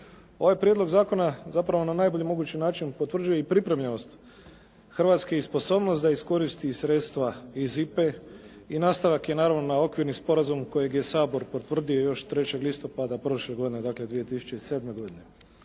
Ovaj prijedlog zakona zapravo na najbolji mogući način potvrđuje i pripremljenost Hrvatske i sposobnost da iskoristi sredstva iz IPA-e i nastavak je naravno na okvirni sporazum kojeg je Sabor potvrdio još 3. listopada prošle godine, dakle 2007. godine.